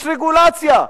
יש רגולציה.